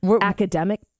academic